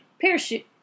Parachute